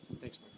Thanks